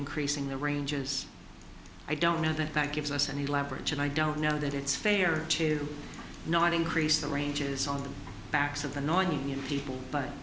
increasing their ranges i don't know that that gives us any leverage and i don't know that it's fair to not increase the ranges on the backs of annoying people but